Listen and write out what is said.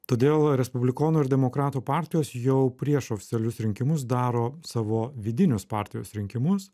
todėl respublikonų ir demokratų partijos jau prieš oficialius rinkimus daro savo vidinius partijos rinkimus